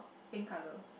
pink color